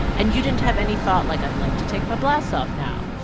and you didn't have any thought like, i'd like to take my blouse off now?